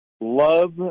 love